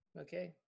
Okay